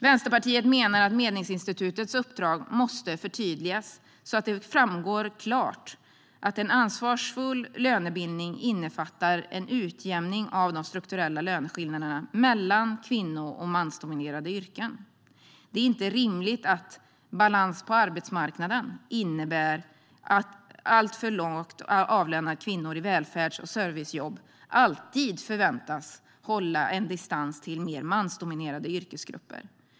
Vänsterpartiet menar att Medlingsinstitutets uppdrag måste förtydligas, så att det klart framgår att en ansvarsfull lönebildning innefattar en utjämning av de strukturella löneskillnaderna mellan kvinnodominerade yrken och mansdominerade yrken. Det är inte rimligt att balans på arbetsmarknaden innebär att alltför lågt avlönade kvinnor i välfärds och servicejobb alltid förväntas hålla en distans till mer mansdominerade yrkesgrupper.